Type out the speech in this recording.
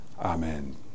Amen